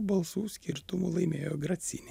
balsų skirtumu laimėjo gracini